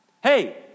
Hey